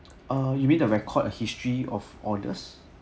ah you mean the record a history of orders